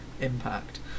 impact